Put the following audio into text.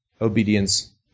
obedience